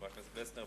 חבר הכנסת פלסנר,